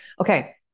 Okay